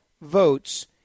votes